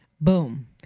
Boom